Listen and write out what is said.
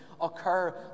occur